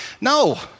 No